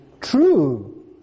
true